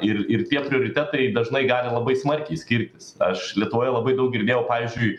ir ir tie prioritetai dažnai gali labai smarkiai skirtis aš lietuvoje labai daug girdėjau pavyzdžiui